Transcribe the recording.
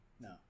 No